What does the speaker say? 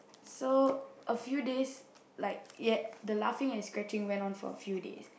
so a few days like y~ the laughing and scratching went on for a few days